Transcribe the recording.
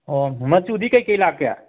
ꯑꯣ ꯃꯆꯨꯗꯤ ꯀꯩ ꯂꯥꯛꯀꯦ